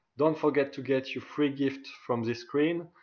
don't forget to get your free gift from this screen.